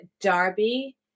Darby